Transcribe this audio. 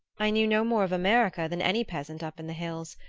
i knew no more of america than any peasant up in the hills.